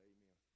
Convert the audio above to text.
Amen